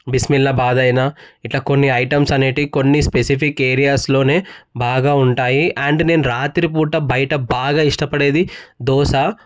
బిస్మిల్ల బాత్ అయినా ఇట్ల కొన్ని ఐటమ్స్ అనేటీవి కొన్నిస్పెసిఫిక్ ఏరియాస్లోనే బాగా ఉంటాయి అండ్ నేను రాత్రి పూట బయట బాగా ఇష్టపడేది దోశ